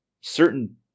certain